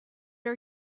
are